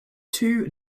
two